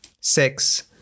Six